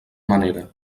manera